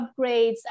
upgrades